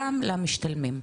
גם למשתלמים?